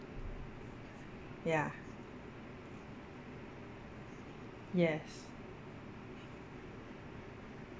ya yes